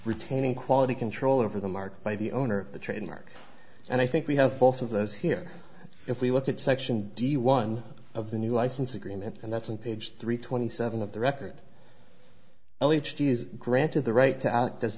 retaining quality control over the market by the owner of the trademark and i think we have both of those here if we look at section d one of the new license agreement and that's on page three twenty seven of the record is granted the right to act as